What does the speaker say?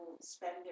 spend